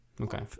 Okay